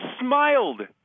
smiled